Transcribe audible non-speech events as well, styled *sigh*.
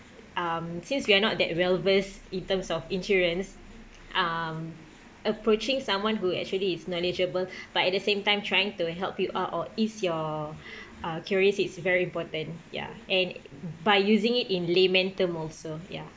um since we're not that well versed in terms of insurance um approaching someone who actually is knowledgeable *breath* but at the same time trying to help you out or ease your *breath* uh curious it's very important ya and by using it in layman term also ya